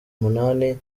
umunani